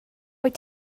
wyt